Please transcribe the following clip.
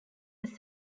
was